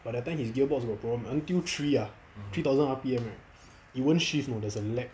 but that time his gear box got problem until three ah three thousand R_P_M right it won't shift you know there's lag